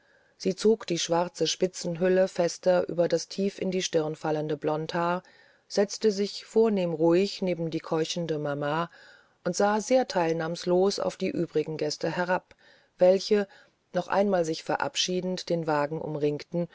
sie zog die schwarze spitzenhülle fester über das tief in die stirn fallende blondhaar setzte sich vornehm ruhig neben die keuchende mama und sah sehr teilnahmlos auf die übrigen gäste herab welche noch einmal sich verabschiedend den wagen umringten